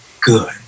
good